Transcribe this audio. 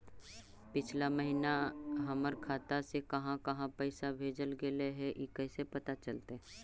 पिछला महिना हमर खाता से काहां काहां पैसा भेजल गेले हे इ कैसे पता चलतै?